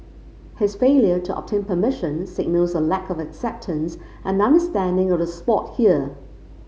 his failure to obtain permission signals a lack of acceptance and understanding of the sport here